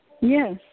Yes